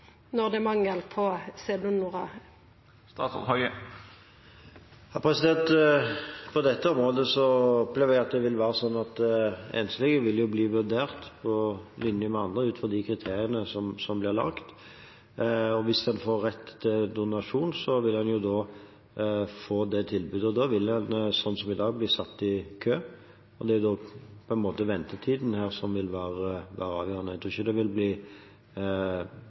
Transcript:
når det er mangel på sædonorar? På dette området opplever jeg at det vil være slik at enslige vil bli vurdert på lik linje med andre ut frå de kriteriene som blir laget. Hvis en har rett på donasjon, vil en få det tilbudet. Da vil en, som i dag, bli satt i en kø. Det er da ventetiden som vil være avgjørende. Jeg tror ikke det vil bli